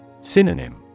Synonym